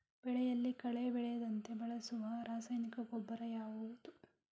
ಬೆಳೆಯಲ್ಲಿ ಕಳೆ ಬೆಳೆಯದಂತೆ ಬಳಸುವ ರಾಸಾಯನಿಕ ಗೊಬ್ಬರ ಯಾವುದು?